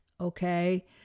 Okay